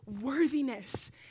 worthiness